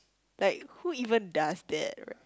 like who even does that